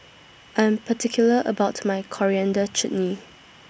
I Am particular about My Coriander Chutney